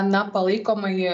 na palaikomąjį